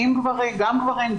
גם גברים,